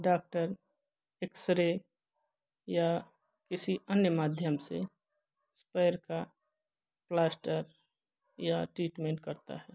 doctor x-ray या किसी अन्य माध्यम से पैर का प्लास्टर या टीटमेंट करता है